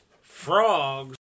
frogs